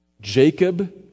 Jacob